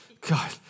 God